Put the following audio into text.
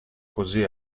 così